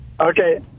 Okay